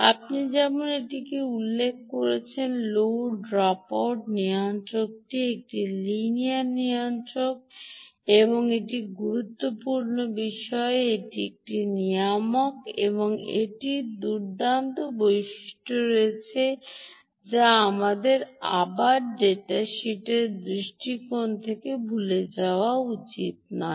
আমি যেমন উল্লেখ করেছি লো ড্রপআউট নিয়ন্ত্রকটি একটি লিনিয়ার নিয়ন্ত্রক এবং এটি গুরুত্বপূর্ণ বিষয় এটি একটি লিনিয়ার নিয়ামক এবং এটির একটি দুর্দান্ত বৈশিষ্ট্য রয়েছে যা আমাদের আবার ডেটার শীটের দৃষ্টিকোণ থেকে ভুলে যাওয়া উচিত নয়